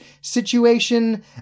situation